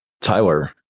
Tyler